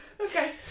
Okay